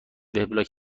وبلاگ